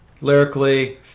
Lyrically